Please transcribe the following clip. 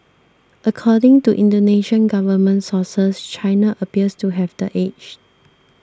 according to Indonesian government sources China appears to have the edge